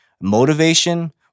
motivation